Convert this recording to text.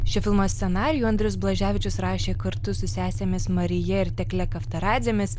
šį filmo scenarijų andrius blaževičius rašė kartu su sesėmis marija ir tekle kaftarazėmis